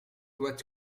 what